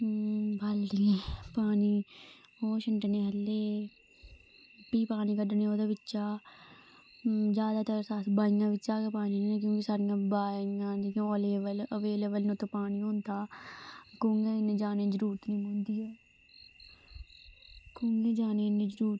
बाल्टियें पानी ओह् छंडनी खल्लै ई भी पानी कड्ढनी ओह्दे बिच्चा जादैतर ते अस बाइयें बिच्चा गै पानी लैन्ने क्योंकि साढ़े बाईं अबेलएवल न उत्त पानी होंदा कुऐं जाने दी इन्नी जरूरत निं पौंदी ऐ कुऐं जाने दी इन्नी जरूरत